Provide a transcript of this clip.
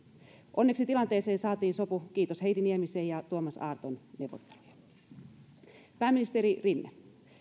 onneksi tilanteeseen saatiin sopu kiitos heidi niemisen ja tuoman aarton neuvottelujen pääministeri rinne